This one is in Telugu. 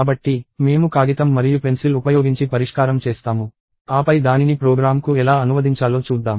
కాబట్టి మేము కాగితం మరియు పెన్సిల్ ఉపయోగించి పరిష్కారం చేస్తాము ఆపై దానిని ప్రోగ్రామ్కు ఎలా అనువదించాలో చూద్దాం